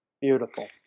beautiful